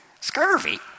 Scurvy